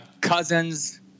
Cousins